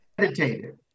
meditated